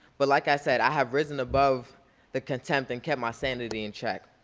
but like i said, i have risen above the contempt and kept my sanity in check.